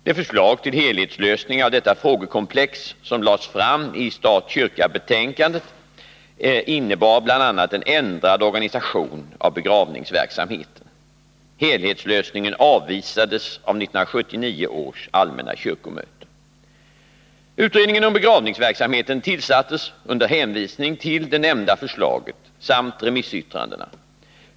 Det förslag till helhetslösning av detta frågekomplex som lades fram i Stat-kyrka-betänkandet innebar bl.a. en ändrad organisation av begravningsverksamheten. Helhetslösningen avvisades av 1979 års allmänna kyrkomöte. Utredningen om begravningsverksamheten tillsattes under hänvisning till det nämnda förslaget samt remissyttrandena.